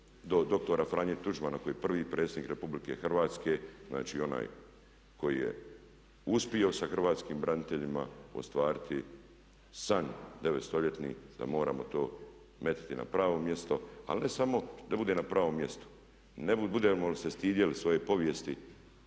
do dr. Franje Tuđmana koji je prvi predsjednik Republike Hrvatske znači onaj koji je uspio sa hrvatskim braniteljima ostvariti san 9-stoljetni da moramo to staviti na pravo mjesto. Ali ne samo da bude na pravom mjestu, budemo li se stidjeli svoje povijesti